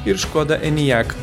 ir škoda enijak